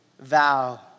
vow